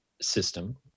system